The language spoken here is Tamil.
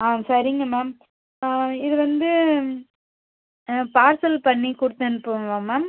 ஆ சரிங்க மேம் இது வந்து பார்சல் பண்ணி கொடுத்தனுப்பவா மேம்